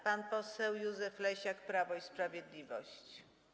Pan poseł Józef Leśniak, Prawo i Sprawiedliwość.